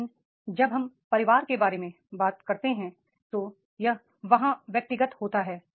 लेकिन जब हम परिवार के बारे में बात करते हैं तो यह वहां व्यक्तिगत होता है